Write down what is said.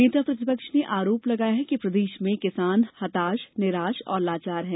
नेता प्रतिपक्ष ने आरोप लगाया है कि प्रदेश में किसान हताश निराश और लाचार है